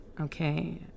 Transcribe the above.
Okay